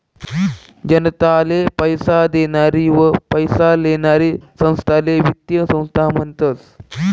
जनताले पैसा देनारी व पैसा लेनारी संस्थाले वित्तीय संस्था म्हनतस